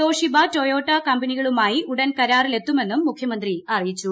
Toshiba Toyota കമ്പനികളുമായി ഉടൻ കരാറിലെത്തുമെന്നും മുഖ്യമന്ത്രി അറിയിച്ചു